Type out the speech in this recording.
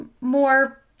more